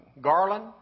Garland